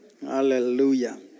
Hallelujah